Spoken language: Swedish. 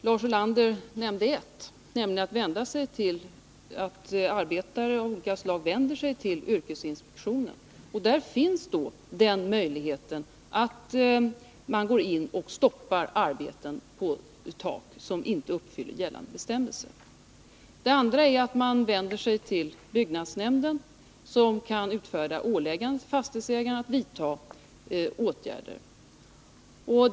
Lars Ulander nämnde en möjlighet, nämligen att arbetare av olika slag vänder sig till yrkesinspektionen, som kan gå in och stoppa arbetet på de tak som inte uppfyller gällande bestämmelser. För det andra kan man vända sig till byggnadsnämnden, som kan utfärda åläggande för fastighetsägaren att vidta nödvändiga åtgärder.